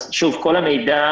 שוב, כל המידע